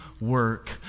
work